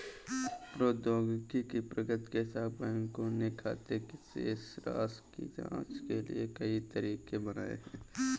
प्रौद्योगिकी की प्रगति के साथ, बैंकों ने खाते की शेष राशि की जांच के लिए कई तरीके बनाए है